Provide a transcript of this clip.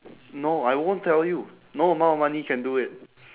no I won't tell you no amount of money can do it